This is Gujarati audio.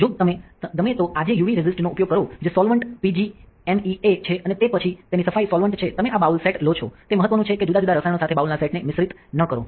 જો તને ગમે તો આજે યુવી રેઝિસ્ટ નો ઉપયોગ કરો જે સોલવન્ટ પીજીએમઇએ છે અને તે પછી તેની સફાઇ સોલ્વંટ છે તમે આ બાઉલ સેટ લો છો તે મહત્વનું છે કે જુદા જુદા રસાયણો સાથે બાઉલના સેટને મિશ્રિત ન કરો